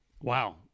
Wow